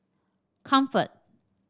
Comfort